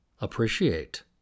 appreciate